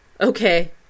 Okay